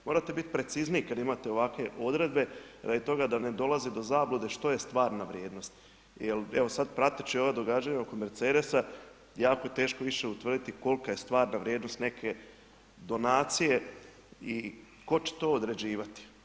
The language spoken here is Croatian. Morate biti precizniji kad imate ovakve odredbe radi toga da ne dolazi do zablude što je stvarna vrijednost jer evo, sad, prateći ova događanja oko Mercedesa, jako je teško više utvrditi kolika je stvarna vrijednost neke donacije i tko će to određivati?